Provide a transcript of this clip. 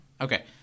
Okay